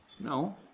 No